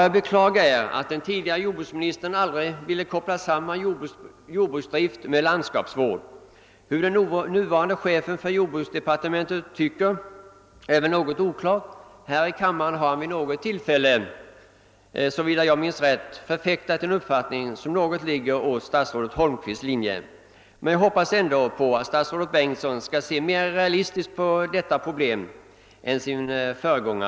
Jag beklagar att den tidigare jordbruksministern aldrig ville koppla samman jordbruksdrift och landskapsvård. Vad den nuvarande chefen för jordbruksdepartementet anser är något oklart. Här i kammaren har han vid något tillfälle, om jag minns rätt, förfäktat en uppfattning som i viss mån överensstämmer med statsrådet Homqvists. Jag hoppas ändå att statsrådet Bengtsson skall se litet mer realistiskt än sin företrädare på detta problem.